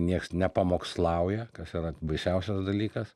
nieks nepamokslauja kas yra baisiausias dalykas